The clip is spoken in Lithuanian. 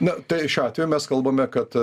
na tai šiuo atveju mes kalbame kad